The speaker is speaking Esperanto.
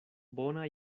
bona